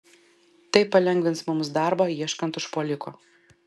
tai palengvins mums darbą ieškant užpuoliko